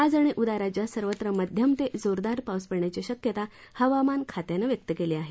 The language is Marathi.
आज आणि उद्या राज्यात सर्वत्र मध्यम ते जोरदार पाऊस पडण्याची शक्यता हवामान खात्यानं व्यक्त केली आहे